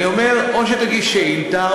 אני אומר: או שתגיש שאילתה,